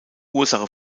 ursache